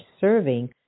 serving